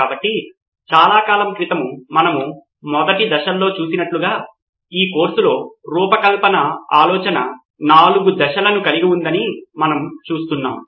కాబట్టి చాలా కాలం క్రితము మనం మొదటి దశల్లో చూసినట్లుగా ఈ కోర్సులో రూపకల్పన ఆలోచన నాలుగు దశలను కలిగి ఉందని మనం చూస్తున్నాం